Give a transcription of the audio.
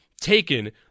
taken